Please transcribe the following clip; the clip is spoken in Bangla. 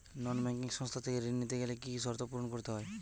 নন ব্যাঙ্কিং সংস্থা থেকে ঋণ নিতে গেলে কি কি শর্ত পূরণ করতে হয়?